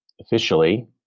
officially